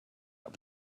able